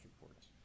reports